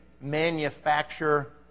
manufacture